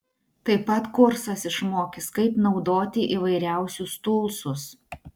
taip pat kursas išmokys kaip naudoti įvairiausius tūlsus